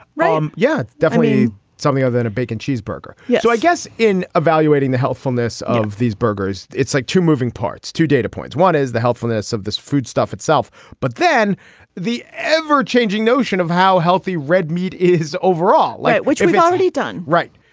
ryan yeah. definitely something other than a bacon cheeseburger. yeah so i guess in evaluating the helpfulness of these burgers it's like two moving parts two data points one is the helpfulness of this foodstuff itself but then the ever changing notion of how healthy red meat is overall which um i've already done. right.